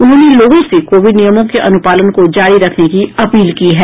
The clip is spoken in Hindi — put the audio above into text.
उन्होंने लोगों से कोविड नियमों के अनुपालन को जारी रखने की अपील की है